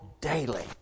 daily